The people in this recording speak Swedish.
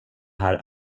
här